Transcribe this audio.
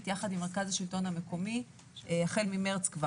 יחד עם מרכז השלטון המקומי החל ממרץ.